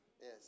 Yes